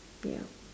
ya